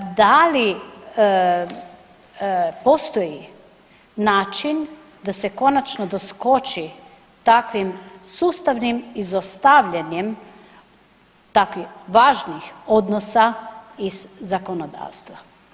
Da li postoji način da se konačno doskoči takvim sustavnim izostavljanjem takvih važnih odnosa iz zakonodavstva?